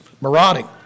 marauding